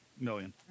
million